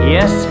Yes